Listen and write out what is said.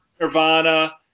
Nirvana